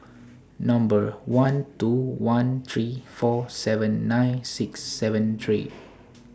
Number one two one three four seven nine six seven three